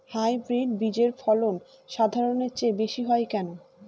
Hybrid বীজের ফলন সাধারণের চেয়ে বেশী হয় কেনো?